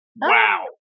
wow